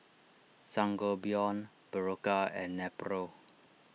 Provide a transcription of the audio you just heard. Sangobion Berocca and Nepro